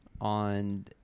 on